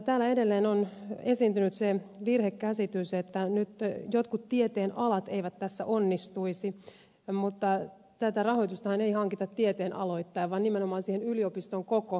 täällä edelleen on esiintynyt se virhekäsitys että nyt jotkut tieteenalat eivät tässä onnistuisi mutta tätä rahoitustahan ei hankita tieteenaloittain vaan nimenomaan siihen yliopiston koko pääomaan